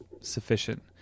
sufficient